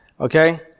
Okay